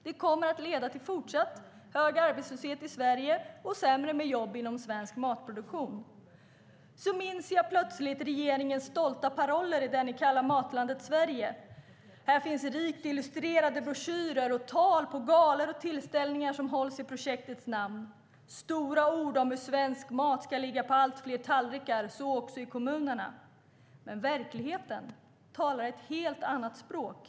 Det kommer att leda till fortsatt hög arbetslöshet i Sverige och sämre med jobb inom svensk matproduktion. Jag minns plötsligt regeringens stolta paroller i det ni kallar Matlandet Sverige. Här finns rikt illustrerade broschyrer och tal på galor och tillställningar som hålls i projektets namn. Här finns stora ord om hur svensk mat ska ligga på allt fler tallrikar, så också i kommunerna. Men verkligheten talar ett helt annat språk.